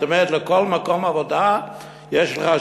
זאת אומרת,